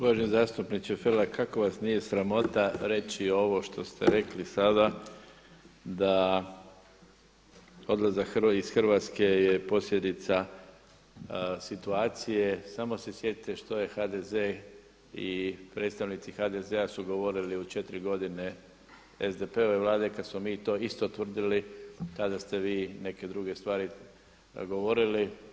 Uvaženi zastupniče Felak, kako vas nije sramota reći ovo što ste rekli sada da odlazak iz Hrvatske je posljedica situacije, samo se sjetite što je HDZ i predstavnici HDZ-a su govorili u četiri godine SDP-ove Vlade kad smo mi to isto tvrdili kada ste vi neke druge stvari govorili.